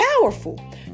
powerful